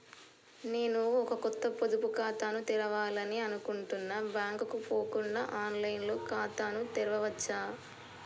నేను ఒక కొత్త పొదుపు ఖాతాను తెరవాలని అనుకుంటున్నా బ్యాంక్ కు పోకుండా ఆన్ లైన్ లో ఖాతాను తెరవవచ్చా?